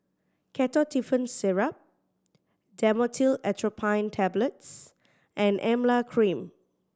Ketotifen Syrup Dhamotil Atropine Tablets and Emla Cream